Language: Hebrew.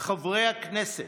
חברי הכנסת,